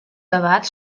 debat